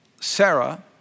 Sarah